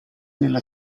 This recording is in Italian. nella